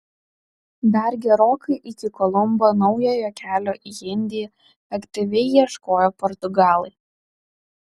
dar gerokai iki kolumbo naujojo kelio į indiją aktyviai ieškojo portugalai